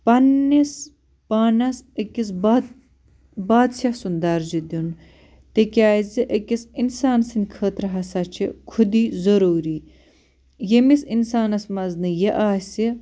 پَنٕنِس پانَس أکِس باد بادشاہ سُنٛد درجہٕ دیُن تِکیٛازِ أکِس اِنسان سٕنٛدۍ خٲطرٕ ہسا چھِ خودی ضروٗری یٔمِس اِنسانَس منٛز نہٕ یہِ آسہِ